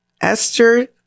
Esther